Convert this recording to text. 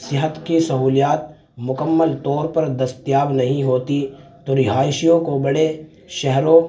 صحت کی سہولیات مکمل طور پر دستیاب نہیں ہوتی تو رہائشیوں کو بڑے شہروں